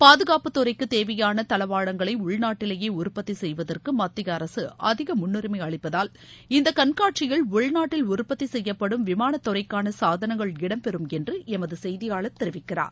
பாதுகாப்பு துறைக்கு தேவையான தளவாடங்களை உள்நாட்டிலேயே உற்பத்தி செய்வதற்கு மத்திய அரசு அதிக முன்னுரிமை அளிப்பதால் இந்த கண்காட்சியில் உள்நாட்டில் உற்பத்தி செய்யப்படும் விமானத் துறைக்கான சாதனங்கள் இடம்பெறும் என்று எமது செய்தியாளர் தெரிவிக்கிறார்